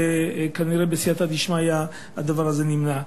וכנראה בסייעתא דשמיא הדבר הזה נמנע.